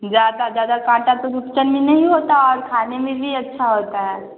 ज्यादा ज्यादा काँटा तो रुपचन में नहीं होता और खाने में भी अच्छा होता है